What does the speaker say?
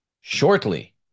shortly